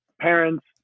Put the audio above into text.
parents